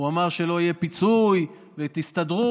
הוא אמר שלא יהיה פיצוי, תסתדרו.